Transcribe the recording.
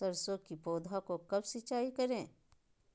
सरसों की पौधा को कब सिंचाई करे?